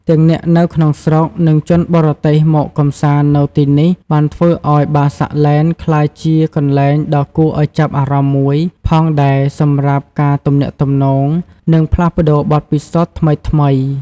ទាំងអ្នកនៅក្នុងស្រុក និងជនបរទេសមកកម្សាន្តនៅទីនេះ បានធ្វើឱ្យ បាសាក់ ឡេន ក្លាយជាកន្លែងដ៏គួរឱ្យចាប់អារម្មណ៍មួយផងដែរសម្រាប់ការទំនាក់ទំនង និងផ្លាស់ប្តូរបទពិសោធន៍ថ្មីៗ។